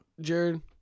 Jared